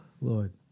Lord